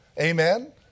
Amen